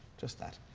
just that.